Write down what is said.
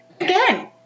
Again